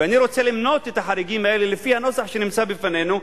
ואני רוצה למנות את החריגים האלה לפי הנוסח שנמצא לפנינו,